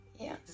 Yes